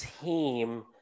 team